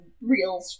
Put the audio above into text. real